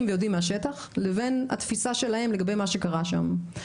ויודעים מהשטח לבין התפיסה שלהם לגבי מה שקרה שם.